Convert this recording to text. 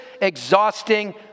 exhausting